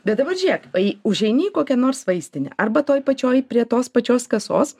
bet dabar žiūrėk kai užeini į kokią nors vaistinę arba toj pačioj prie tos pačios kasos